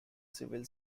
civil